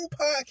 podcast